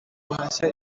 guhashya